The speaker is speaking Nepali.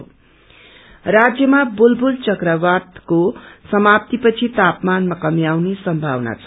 कोल्ड वेम राज्यमा बुलवुल चक्रवातको समाप्ती पछि तापमानमा कमी आउने सम्थावना छ